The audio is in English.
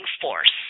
force